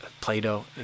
play-doh